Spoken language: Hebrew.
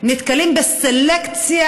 נתקלים בסלקציה,